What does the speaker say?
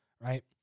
right